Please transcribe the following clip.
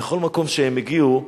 לכל מקום שהם הגיעו,